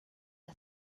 was